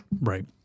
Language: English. Right